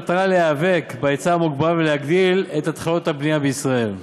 במטרה להיאבק בהיצע המוגבל ולהגדיל את מספר התחלות הבנייה בישראל.